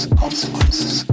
consequences